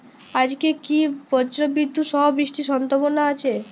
আজকে কি ব্রর্জবিদুৎ সহ বৃষ্টির সম্ভাবনা আছে?